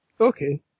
Okay